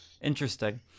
interesting